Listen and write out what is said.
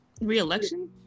Re-election